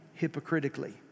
hypocritically